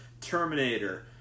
Terminator